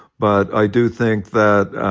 but i do think that